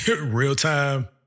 real-time